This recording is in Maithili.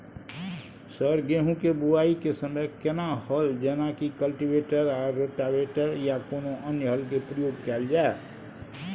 सर गेहूं के बुआई के समय केना हल जेनाकी कल्टिवेटर आ रोटावेटर या कोनो अन्य हल के प्रयोग कैल जाए?